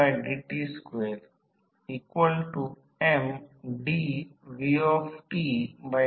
म्हणून R c ला V1I c असेल आणि I c आला कारण cos ∅ 0 आला आहे